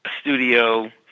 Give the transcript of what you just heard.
studio